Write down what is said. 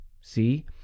See